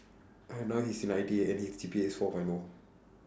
and now he's in I_T_E and his G_P_A is four point O